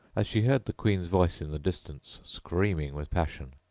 as she heard the queen's voice in the distance, screaming with passion.